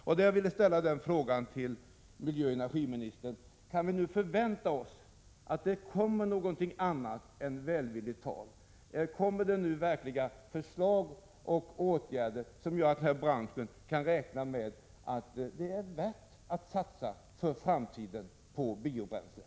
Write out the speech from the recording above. Jag vill därför ställa frågan till miljöoch energiministern: Kan vi nu förvänta oss att det kommer någonting annat än välvilligt tal? Kommer det nu verkliga förslag om åtgärder, som gör att branschen kan räkna med att det är värt att satsa på biobränslen för framtiden?